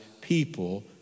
people